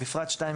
- בפרט 2,